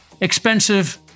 expensive